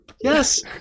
Yes